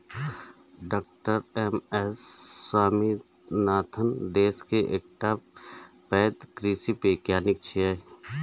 डॉ MS Swaminathan देश के एकटा पैघ कृषि वैज्ञानिक छियै